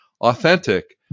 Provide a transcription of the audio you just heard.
Authentic